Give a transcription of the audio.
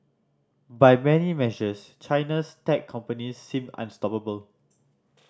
by many measures China's tech companies seem unstoppable